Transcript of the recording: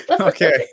Okay